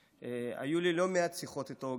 היו לי לא מעט שיחות איתו, גם שיחות פרטיות,